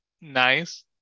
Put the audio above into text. nice